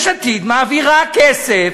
יש עתיד מעבירה כסף